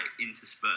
interspersed